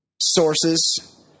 sources